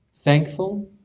Thankful